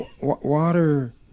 Water